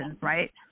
right